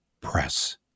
press